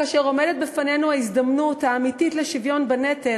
כאשר עומדת בפנינו ההזדמנות האמיתית לשוויון בנטל,